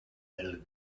del